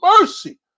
mercy